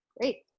Great